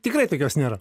tikrai tokios nėra